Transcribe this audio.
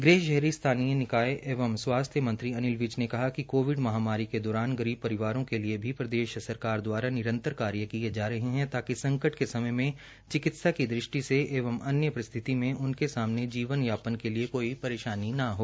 गृह शहरी स्थानीय निकाय एवं स्वास्थ्य मंत्री अनिल विज ने कहा कि कोविड महामारी के दौरान गरीब परिवारों के लिए भी प्रदेश सरकार दवारा निरंतर कार्य किए जा रहे हैं ताकि संकट के समय में चिकित्सा की दृष्टि से एवं अन्य परिस्थिति में उनके सामने जीवन यापन के लिए कोई परेशानी न हो